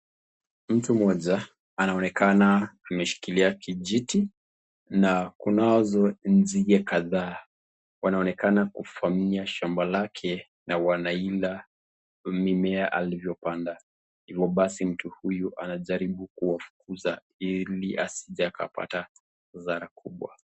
Mtu mmoja anaonekana ameshikilia kijiti na kunazo nzige kadhaa wanaonekana kuvamia shamba lake na wanaila mimea aliyopanda hivyo basi mtu huyu anajaribu kuwafukuza ili asije akapata hasara kubwa.